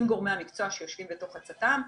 עם גורמי המקצוע שיושבים בתוך הצט"מ.